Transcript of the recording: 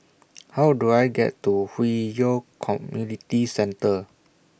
How Do I get to Hwi Yoh Community Centre